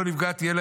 לא נפגעתי,